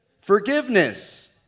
forgiveness